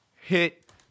hit